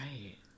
right